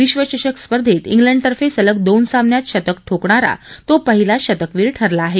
विश्वचषक स्पर्धेत उलंडतर्फे सलग दोन सामन्यात शतक ठोकणारा तो पहिलाचा शतकवीर ठरला आहे